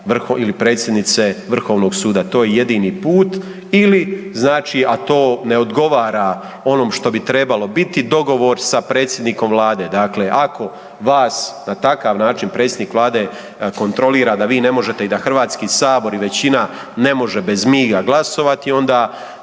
Vrhovnog suda, to je jedini put ili znači a to ne odgovara onom što bi trebalo biti dogovor sa predsjednikom Vlade, dakle ako vas na takav način predsjednik Vlade kontrolira da vi ne možete i da Hrvatski sabor i većina ne može bez miga glasovati, onda